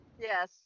Yes